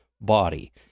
body